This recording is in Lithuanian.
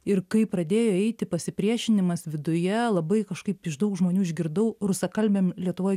ir kai pradėjo eiti pasipriešinimas viduje labai kažkaip iš daug žmonių išgirdau rusakalbiam lietuvoj